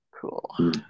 Cool